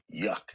yuck